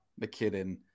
McKinnon